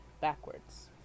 backwards